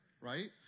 right